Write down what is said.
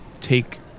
take